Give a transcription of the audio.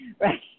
Right